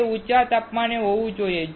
તે ઊંચા તાપમાને હોવું જોઈએ